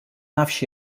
nafx